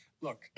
look